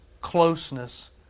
closeness